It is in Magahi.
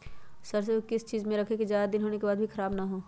सरसो को किस चीज में रखे की ज्यादा दिन होने के बाद भी ख़राब ना हो?